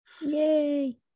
yay